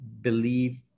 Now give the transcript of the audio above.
believe